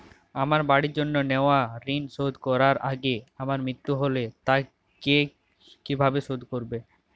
আমার বাড়ির জন্য নেওয়া ঋণ শোধ করার আগে আমার মৃত্যু হলে তা কে কিভাবে শোধ করবে?